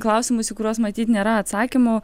klausimus į kuriuos matyt nėra atsakymo